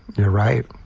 you're right,